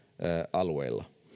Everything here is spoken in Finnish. alueilla jos